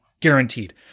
Guaranteed